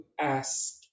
ask